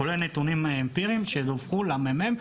כולל נתונים אמפיריים שדווחו לממ"מ,